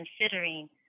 considering